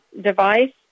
device